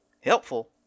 helpful